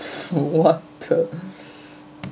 what the